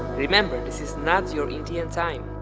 remember, this is not your indian time.